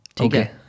Okay